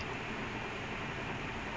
no you you know why